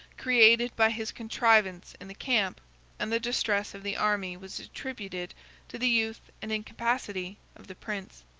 created by his contrivance in the camp and the distress of the army was attributed to the youth and incapacity of the prince.